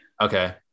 Okay